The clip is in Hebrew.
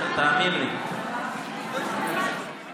אפילו ארבע דקות אתה לא עונה.